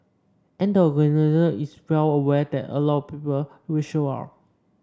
and the organiser is well aware that a lot of people will show up